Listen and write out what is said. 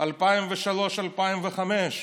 2003 2005,